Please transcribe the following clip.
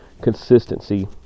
consistency